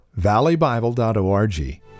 valleybible.org